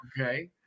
okay